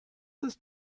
ist